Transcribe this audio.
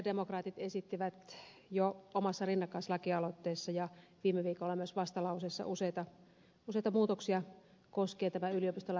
sosialidemokraatit esittivät jo omassa rinnakkaislakialoitteessaan ja viime viikolla myös vastalauseessaan useita muutoksia koskien yliopistolain uudistusta